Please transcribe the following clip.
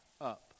up